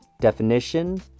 Definition